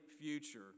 future